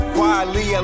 Quietly